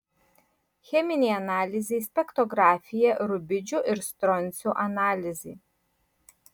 cheminė analizė spektrografija rubidžio ir stroncio analizė